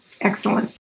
Excellent